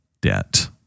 debt